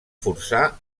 forçar